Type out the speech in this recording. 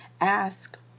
ask